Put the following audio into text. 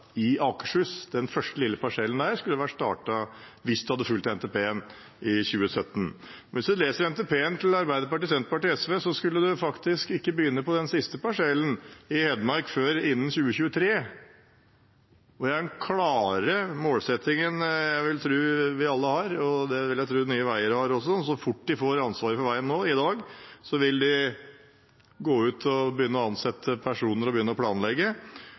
i Akershus. Den første, lille parsellen der skulle vært startet i 2017 hvis man hadde fulgt NTP-en. Men hvis man leser NTP-en til Arbeiderpartiet, Senterpartiet og SV, skulle man faktisk ikke begynne på den siste parsellen, i Hedmark, før innen 2023. Den klare målsettingen jeg vil tro vi alle har – og som jeg vil tro Nye veier også har – er: Så fort de får ansvaret for veien nå i dag, vil de gå ut og begynne å ansette personer og